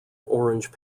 orange